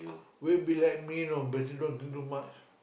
will be like me you know better don't do too much